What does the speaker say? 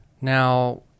Now